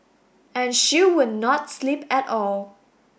and she would not sleep at all